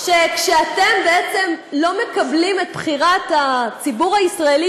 שכשאתם בעצם לא מקבלים את בחירת הציבור הישראלי,